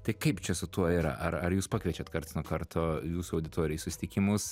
tai kaip čia su tuo yra ar ar jūs pakviečiat karts nuo karto jūsų auditoriją į susitikimus